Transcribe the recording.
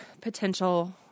potential